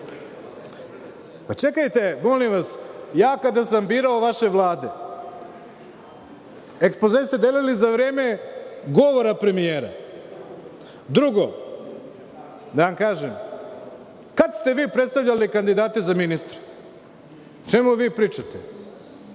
Čekajte molim vas, kada sam birao vaše Vlade, ekspoze ste delili za vreme govora premijera. Drugo, da vam kažem, kad ste vi predstavljali kandidate za ministra? O čemu vi pričate?